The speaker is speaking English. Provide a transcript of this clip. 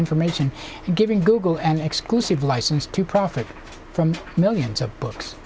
information and giving google and exclusive license to profit from millions of books